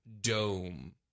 dome